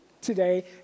today